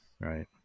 Right